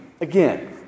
Again